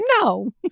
no